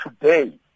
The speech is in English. today